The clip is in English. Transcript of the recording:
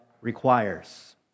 requires